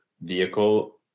vehicle